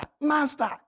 Master